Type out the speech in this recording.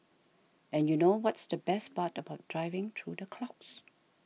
and you know what's the best part about driving through the clouds